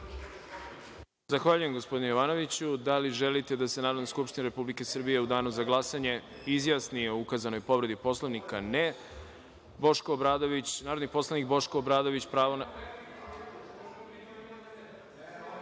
Zahvaljujem, gospodine Jovanoviću. Da li želite da se Narodne skupštine Republike Srbije u Danu za glasanje izjasni o ukazanoj povredi Poslovnika? (Ne.)Narodni poslanik Boško Obradović, pravo